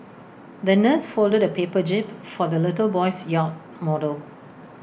the nurse folded A paper jib for the little boy's yacht model